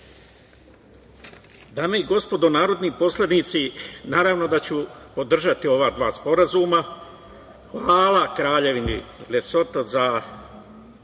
i gospodo narodni poslanici, naravno da ću podržati ova dva sporazuma. Hvala Kraljevini Lesoto za